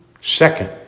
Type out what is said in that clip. Second